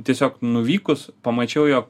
tiesiog nuvykus pamačiau jog